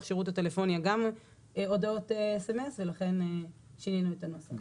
שירות הטלפוניה גם הודעות סמס ולכן שינינו את הנוסח.